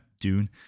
Dune